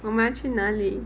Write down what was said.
我们要去哪里